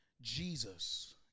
Jesus